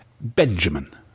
Benjamin